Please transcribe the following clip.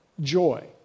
joy